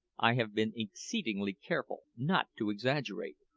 i have been exceedingly careful not to exaggerate,